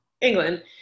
England